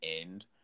end